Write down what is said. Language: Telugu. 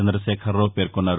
చందశేఖరరావు పేర్కొన్నారు